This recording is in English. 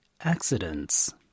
accidents